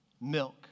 milk